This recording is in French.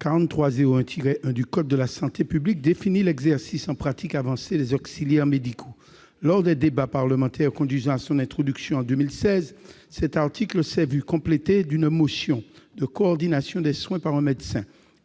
4301-1 du code de la santé publique définit l'exercice en pratique avancée des auxiliaires médicaux. Lors des débats parlementaires conduisant à son introduction en 2016, cet article a été complété par une notion de « coordination des soins par un médecin